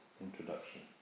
introduction